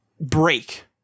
break